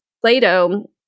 Plato